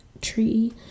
tree